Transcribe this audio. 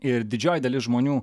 ir didžioji dalis žmonių